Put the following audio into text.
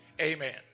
Amen